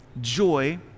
Joy